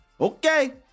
Okay